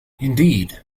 indeed